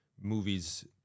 movies